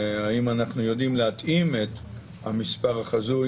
האם אנחנו יודעים להתאים את המספר החזוי